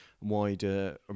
Wider